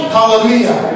Hallelujah